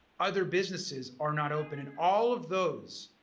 other businesses are not open, and all of those